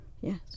yes